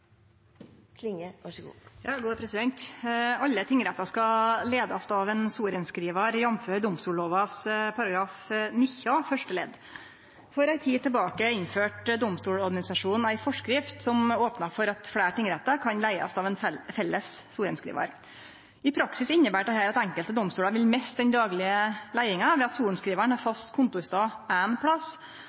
Alle tingrettar skal leiast av ein sorenskrivar, jf. domstollova § 19, første ledd. For ei tid tilbake innførte Domstoladministrasjonen ei forskrift som opnar for at fleire tingrettar kan leiast av ein felles sorenskrivar. I praksis inneber dette at enkelte domstolar vil miste den daglege leiinga, ved at sorenskrivaren har fast kontorstad éin plass,